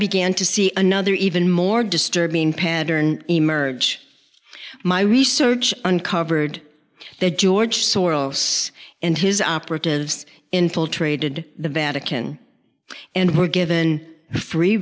began to see another even more disturbing pattern emerge my research uncovered that george soros and his operatives infiltrated the vatican and were given a free